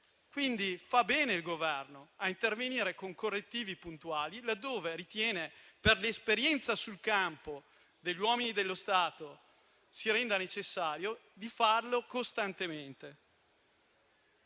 Quindi fa bene il Governo a intervenire con correttivi puntuali laddove, per l'esperienza sul campo degli uomini dello Stato, si renda necessario farlo costantemente.